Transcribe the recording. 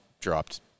dropped